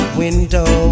window